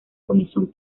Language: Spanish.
comisión